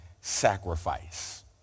sacrifice